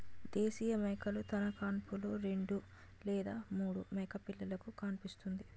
దేశీయ మేకలు తన కాన్పులో రెండు లేదా మూడు మేకపిల్లలుకు కాన్పుస్తుంది